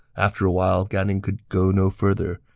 after a while, gan ning could go no farther,